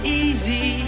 easy